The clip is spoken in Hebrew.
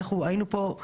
דיברנו על זה,